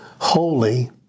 holy